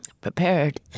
prepared